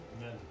Amen